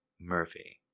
Murphy